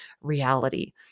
reality